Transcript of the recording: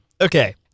okay